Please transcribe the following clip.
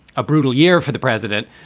ah brutal year for the president,